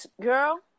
girl